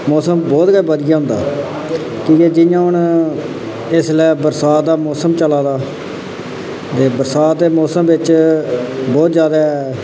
मौसम बहुत गै बधिया होंदा क्योंकि जि'यां हून इसलै बरसांत दा मौसम चला दा ते बरसांत दे मौसम बिच बहुत ज्यादै